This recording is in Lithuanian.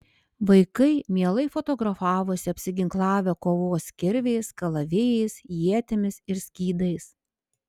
vaikai mielai fotografavosi apsiginklavę kovos kirviais kalavijais ietimis ir skydais